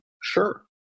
Sure